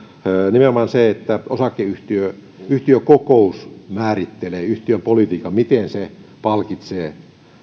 nimenomaan se että osakeyhtiön yhtiökokous määrittelee yhtiön politiikan miten se palkitsee